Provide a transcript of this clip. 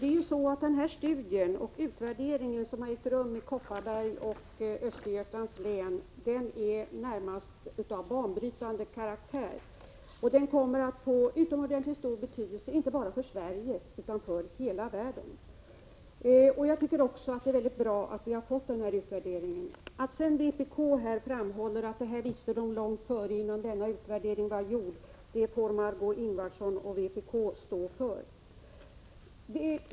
Fru talman! Den studie och utvärdering som har ägt rum i Kopparbergs län och Östergötlands län är av närmast banbrytande karaktär och kommer att få utomordentligt stor betydelse inte bara för Sverige utan för hela världen. Jag tycker att det är mycket bra att vi har fått den här utvärderingen. När sedan vpk framhåller att man visste detta långt innan utvärderingen var gjord, får Margé Ingvardsson och vpk stå för detta.